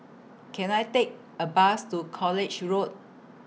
Can I Take A Bus to College Road